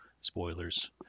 spoilers